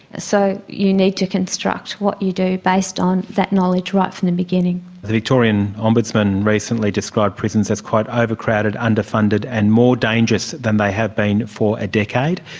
so you need to construct what you do based on that knowledge right from the beginning. the victorian ombudsman recently described prisons as quite overcrowded, underfunded, and more dangerous than they have been for a decade.